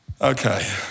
Okay